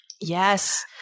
Yes